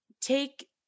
take